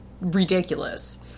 ridiculous